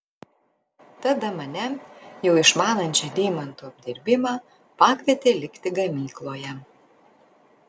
tada mane jau išmanančią deimantų apdirbimą pakvietė likti gamykloje